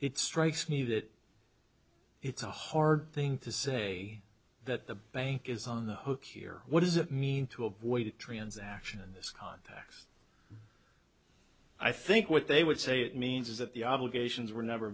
strikes me that it's a hard thing to say that the bank is on the hook here what does it mean to avoid a transaction in this context i think what they would say it means is that the obligations were never